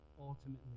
ultimately